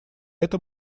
этом